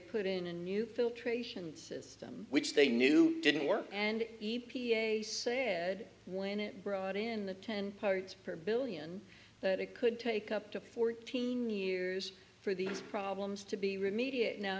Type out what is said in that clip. put in a new filtration system which they knew didn't work and e p a said when it brought in the ten parts per billion it could take up to fourteen years for these problems to be remediated now